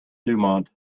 dumont